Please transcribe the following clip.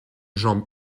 jambe